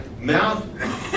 mouth